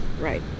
Right